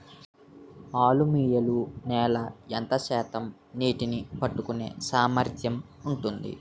అలువియలు నేల ఎంత శాతం నీళ్ళని పట్టుకొనే సామర్థ్యం ఉంటుంది?